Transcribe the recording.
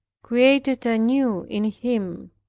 created anew in him.